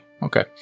Okay